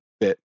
bit